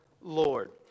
Lord